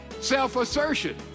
Self-assertion